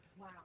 wow